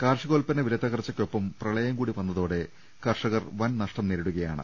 കാർഷികോല്പന്ന വിലത്തകർച്ചയ്ക്കൊപ്പം പ്രളയംകൂടി വന്ന തോടെ കർഷകർ വൻ നഷ്ടം നേരിടുകയാണ്